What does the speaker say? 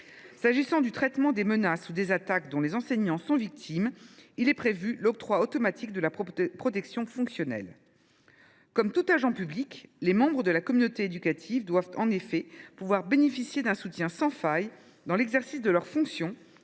Concernant le traitement des menaces ou des attaques dont les enseignants sont victimes, il est prévu dans ce texte l’octroi automatique de la protection fonctionnelle. Comme tous les agents publics, les membres de la communauté éducative doivent, en effet, pouvoir bénéficier d’un soutien sans faille dans l’exercice de leurs fonctions,